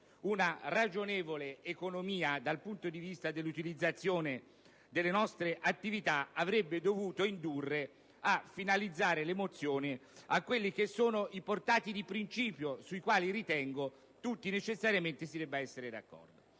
ragioni di economia dal punto di vista dell'utilizzazione delle nostre risorse lavorative avrebbero dovuto indurre a finalizzare le mozioni ai portati di principio, sui quali ritengo tutti necessariamente si debba essere d'accordo.